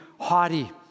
haughty